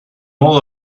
all